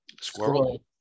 squirrel